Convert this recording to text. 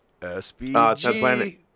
SBG